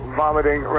vomiting